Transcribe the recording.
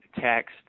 text